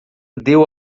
deu